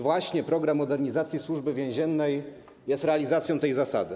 Właśnie program modernizacji Służby Więziennej jest realizacją tej zasady.